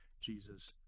Jesus